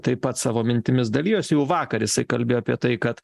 taip pat savo mintimis dalijosi jau vakar jisai kalbėjo apie tai kad